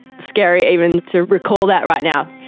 scary even to recall that right now.